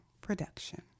production